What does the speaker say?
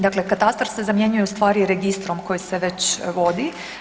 Dakle, katastar se zamjenjuje u stvari registrom koji se već vodi.